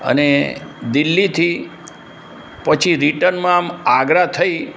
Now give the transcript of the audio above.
અને દિલ્હીથી પછી રિટર્નમાં આમ આગ્રા થઈ